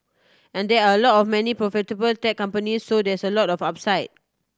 and there are a lot of many profitable tech company so there's a lot of upside